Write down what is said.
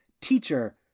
teacher